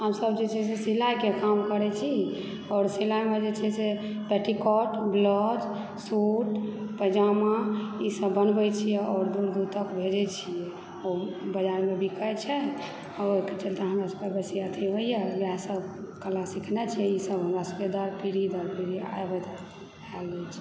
हमसभ जे छै से सिलाइके काम करै छी आओर सिलाइमे जे छै से पेटीकोट ब्लाऊज सूट पैजामा ईसभ बनबैत छी आओर दूर दूर तक भेजैत छियै ओ बाजारमे बिकाइ छै ओहिके चलते हमरा सभकेँ बेसी अथी होइए वएहसभ कला सिखने छी ईसभ हमरा सभकेँ दर पीढ़ी दर पीढ़ी आबैत आयल अछि